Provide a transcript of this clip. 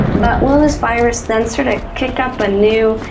but will this virus then sort of kick up a new,